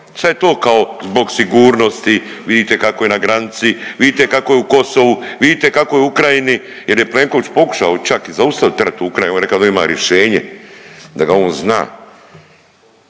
sad je to kao zbog sigurnosti, vidite kako je na granici, vidite kako je u Kosovu, vidite kako je u Ukrajini jer je Plenković pokušao čak i zaustaviti … Ukrajinu on je rekao da ima rješenje, da ga on zna.